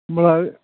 होनबालाय